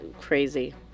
crazy